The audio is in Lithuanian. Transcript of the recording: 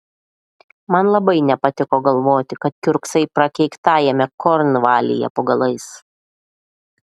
man labai nepatiko galvoti kad kiurksai prakeiktajame kornvalyje po galais